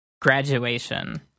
Graduation